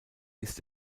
ist